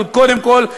אבל קודם כול,